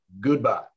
goodbye